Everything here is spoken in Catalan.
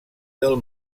del